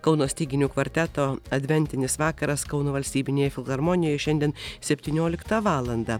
kauno styginių kvarteto adventinis vakaras kauno valstybinėje filharmonijoje šiandien septynioliktą valandą